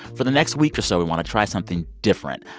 for the next week or so, we want to try something different.